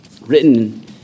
written